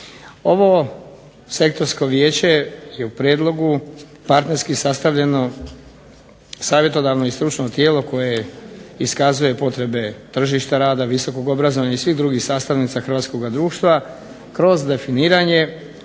Ovo sektorsko vijeće je u prijedlogu partnerski sastavljeno savjetodavno i stručno tijelo koje iskazuje potrebe tržišta rada, visokog obrazovanja i svih drugih sastavnica hrvatskoga društva kroz definiranje